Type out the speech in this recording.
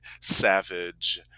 savage